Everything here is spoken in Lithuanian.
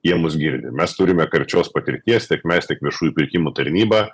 jie mus girdi mes turime karčios patirties tiek mes tiek viešųjų pirkimų tarnyba